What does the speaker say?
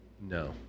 No